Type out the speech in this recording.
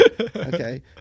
Okay